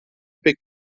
pek